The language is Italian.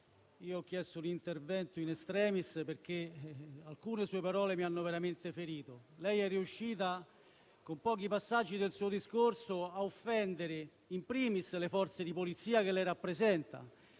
ho chiesto di intervenire *in extremis* perché alcune sue parole mi hanno veramente ferito. Lei è riuscita con pochi passaggi del suo discorso a offendere *in primis* le Forze di polizia che lei rappresenta,